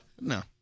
No